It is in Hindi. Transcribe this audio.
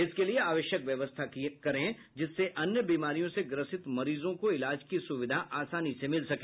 इसके लिए आवश्यक व्यवस्था करे जिससे अन्य बीमारियों से ग्रसित मरीजों को इलाज की सुविधा आसानी से मिल सके